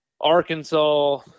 Arkansas